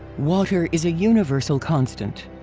water is a universal constant.